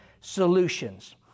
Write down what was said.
solutions